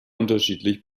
unterschiedlich